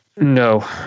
No